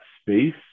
space